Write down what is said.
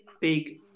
big